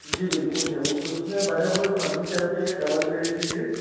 जी बिल्कुल है उसमें बने हुए फ़र्नीचर भी है डबल बेड भी है